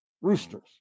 roosters